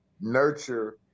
nurture